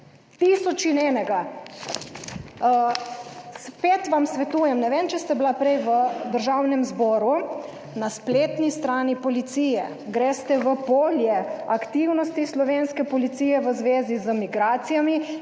tisoč in enega. Spet vam svetujem, ne vem če ste bila prej v Državnem zboru na spletni strani policije, greste v polje aktivnosti Slovenske policije v zvezi z migracijami